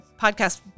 podcast